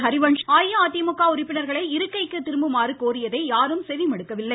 ஹரிவன்ஷ்ச் அஇஅதிமுக உறுப்பினர்களை இருக்கைக்கு திரும்புமாறு கோரியதை யாரும் செவிமடுக்கவில்லை